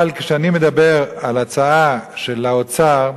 אבל כשאני מדבר על הצעה של האוצר,